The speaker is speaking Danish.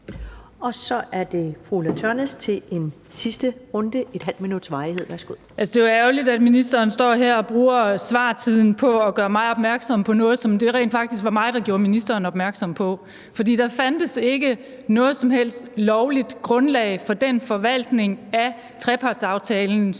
Så er det fru Ulla Tørnæs til en sidste runde af ½ minuts varighed. Værsgo. Kl. 16:09 Ulla Tørnæs (V): Det er jo ærgerligt, at ministeren står her og bruger svartiden på at gøre mig opmærksom på noget, som det rent faktisk var mig der gjorde ministeren opmærksom på. For der fandtes ikke noget som helst lovligt grundlag for den forvaltning af trepartsaftalen,